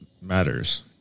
matters